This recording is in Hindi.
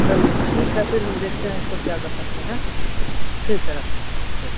चलिए ठीक है फिर हम देखते हैं इस पर क्या कर सकते हैं ठीक है रखिए ठीक